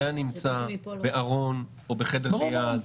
בבתי החולים זה היה נמצא בארון או בחדר ליד,